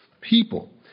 people